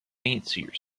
fancier